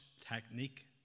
technique